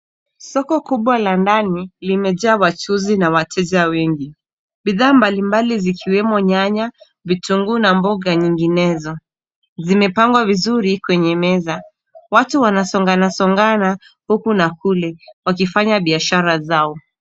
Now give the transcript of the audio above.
Soko kubwa la ndani limejaa wajuzi na wateja wengi. Bidhaa mbali mbali zikiwemo nyanya, vitukuu na mboga nyinginezo, zimepangwa vizuri kwenye meza. Watu wanasongana songana huku na kule wakifanya biashara zao.